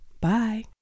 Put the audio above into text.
Bye